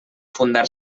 fundar